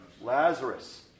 Lazarus